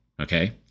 Okay